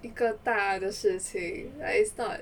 一个大的事情 like it's not